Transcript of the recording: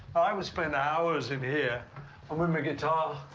i would spend hours in here and with my guitar.